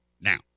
now